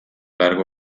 largo